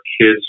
kids